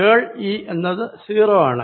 കേൾ E എന്നത് 0 ആണ്